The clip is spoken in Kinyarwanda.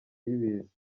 y‘ibiza